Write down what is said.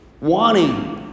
wanting